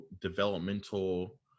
developmental